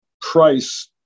price